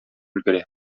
өлгерә